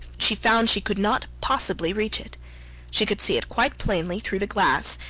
she found she could not possibly reach it she could see it quite plainly through the glass,